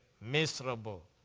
miserable